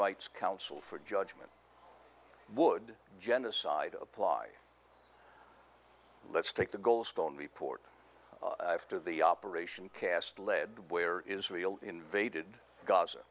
rights council for judgment would genocide of apply let's take the goldstone report after the operation cast lead where israel invaded g